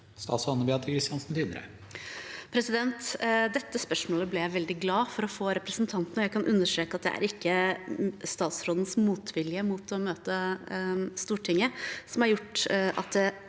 Statsråd Anne Beathe Kristiansen Tvinnereim Dette spørsmålet ble jeg veldig glad for å få av representanten, og jeg kan understreke at det ikke er statsrådens motvilje mot å møte Stortinget som har gjort at det